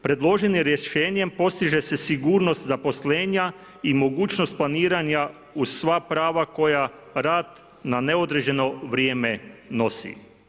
Predloženim rješenjem postiže se sigurnost zaposlenja i mogućnost planiranja uz sva prava koja rad na neodređeno vrijeme nosi.